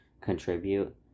contribute